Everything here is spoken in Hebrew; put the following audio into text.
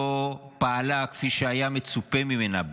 לא פעלה כפי שהיה מצופה ממנה,